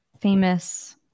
famous